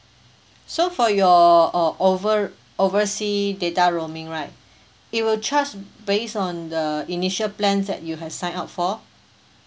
so for your uh over oversea data roaming right it will charge based on the initial plans that you have signed up for